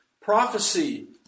Prophecy